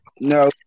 No